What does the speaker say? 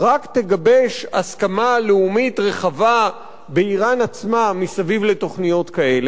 רק תגבש הסכמה לאומית רחבה באירן עצמה מסביב לתוכניות כאלה,